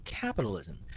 capitalism